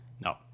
No